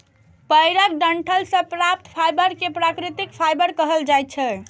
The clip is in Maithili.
पेड़क डंठल सं प्राप्त फाइबर कें प्राकृतिक फाइबर कहल जाइ छै